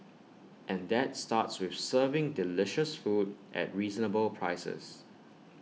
and that starts with serving delicious food at reasonable prices